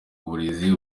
burezi